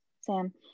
Sam